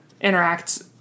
interact